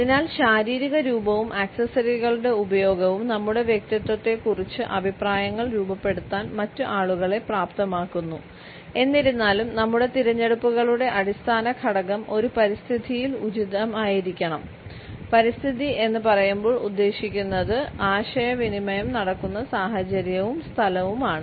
അതിനാൽ ശാരീരിക രൂപവും ആക്സസറികളുടെ ഉപയോഗവും നമ്മുടെ വ്യക്തിത്വത്തെക്കുറിച്ച് അഭിപ്രായങ്ങൾ രൂപപ്പെടുത്താൻ മറ്റ് ആളുകളെ പ്രാപ്തമാക്കുന്നു എന്നിരുന്നാലും നമ്മുടെ തിരഞ്ഞെടുപ്പുകളുടെ അടിസ്ഥാന ഘടകം ഒരു പരിതസ്ഥിതിയിൽ ഉചിതമായിരിക്കണം പരിതസ്ഥിതി എന്ന് പറയുമ്പോൾ ഉദ്ദേശിക്കുന്നത് ആശയവിനിമയം നടക്കുന്ന സാഹചര്യവും സ്ഥലവുമാണ്